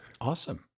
awesome